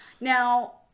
Now